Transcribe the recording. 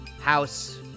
house